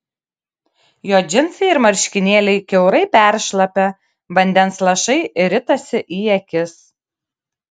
jo džinsai ir marškinėliai kiaurai peršlapę vandens lašai ritasi į akis